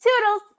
Toodles